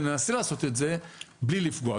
וננסה לעשות את זה בלי לפגוע.